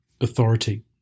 authority